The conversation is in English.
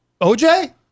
OJ